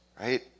Right